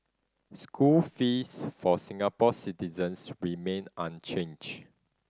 school fees for Singapore citizens remain unchanged